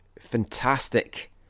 fantastic